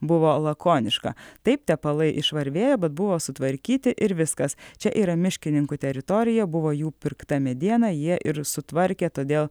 buvo lakoniška taip tepalai išvarvėjo bet buvo sutvarkyti ir viskas čia yra miškininkų teritorija buvo jų pirkta mediena jie ir sutvarkė todėl